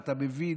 ואתה מבין